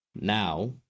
now